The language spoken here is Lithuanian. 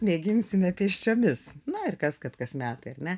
mėginsime pėsčiomis na ir kas kad kas metai ar ne